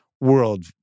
world